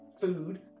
food